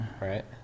Right